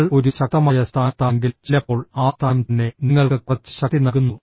നിങ്ങൾ ഒരു ശക്തമായ സ്ഥാനത്താണെങ്കിൽ ചിലപ്പോൾ ആ സ്ഥാനം തന്നെ നിങ്ങൾക്ക് കുറച്ച് ശക്തി നൽകുന്നു